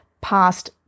past